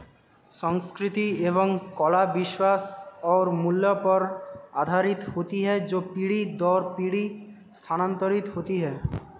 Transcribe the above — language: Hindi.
संस्कृति एवं कला विश्वास और मूल्य पर आधारित होती है जो पीढ़ी दर पीढ़ी स्थानांतरित होती हैं